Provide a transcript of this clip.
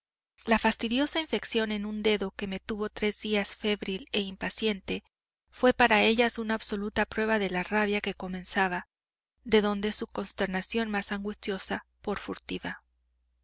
la fastidiosa infección en un dedo que me tuvo tres días febril e impaciente fué para ellas una absoluta prueba de la rabia que comenzaba de donde su consternación más angustiosa por furtiva